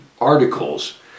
articles